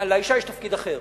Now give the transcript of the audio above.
לאשה יש תפקיד אחר.